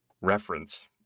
reference